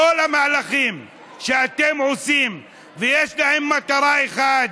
כל המהלכים שאתם עושים, יש להם מטרה אחת.